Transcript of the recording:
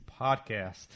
Podcast